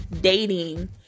dating